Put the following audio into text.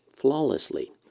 flawlessly